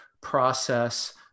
process